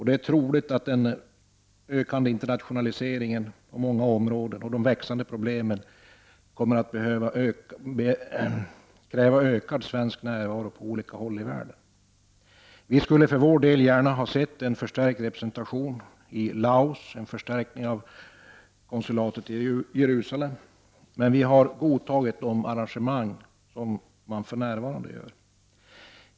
Det är troligt att den ökande internationaliseringen på många områden och de växande problemen kommer att kräva ökad svensk närvaro på olika håll i världen. Vi skulle för vår del gärna ha sett en förstärkt representation i Laos och en förstärkning av konsulatet i Jerusalem, men vi har godtagit de arrangemang som för närvarande gjorts.